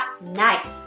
nice